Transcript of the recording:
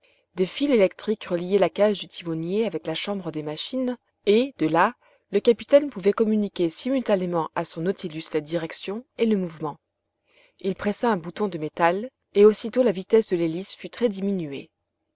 des fils électriques reliaient la cage du timonier avec la chambre des machines et de là le capitaine pouvait communiquer simultanément à son nautilus la direction et le mouvement il pressa un bouton de métal et aussitôt la vitesse de l'hélice fut très diminuée